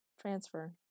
transfer